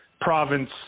province